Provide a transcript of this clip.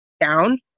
down